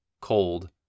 cold